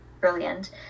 brilliant